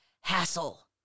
Hassle